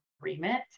agreement